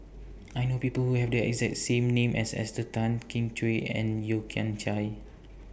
I know People Who Have The exact same name as Esther Tan Kin Chui and Yeo Kian Chai